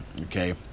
Okay